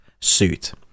suit